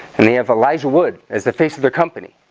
and they have elijah wood as the face of their company,